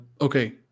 Okay